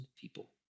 people